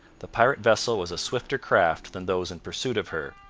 the pirate vessel was a swifter craft than those in pursuit of her,